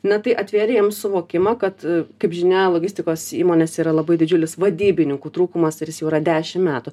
na tai atvėrė joms suvokimą kad kaip žinia logistikos įmonėse yra labai didžiulis vadybininkų trūkumas ir jis jau yra dešim metų